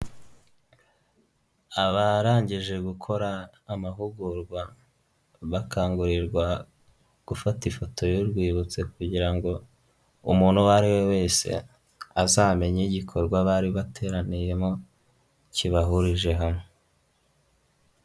Abarangije gukora amahugurwa, bakangurirwa gufata ifoto y'urwibutso kugira ngo umuntu uwo ari we wese azamenye igikorwa bari bateraniyemo, kibahurije hamwe.